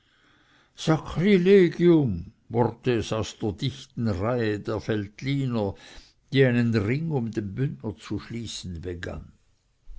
aus der dichten reihe der veltliner die einen ring um den bündner zu schließen begann